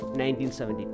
1970